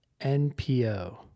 NPO